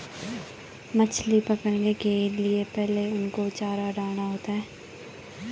मछली पकड़ने के लिए पहले उनको चारा डालना होता है